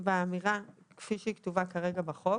כפי שזה כתוב כרגע בחוק